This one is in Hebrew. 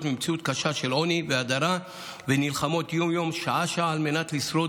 ממציאות קשה של עוני והדרה ונלחמות יום-יום שעה-שעה על מנת לשרוד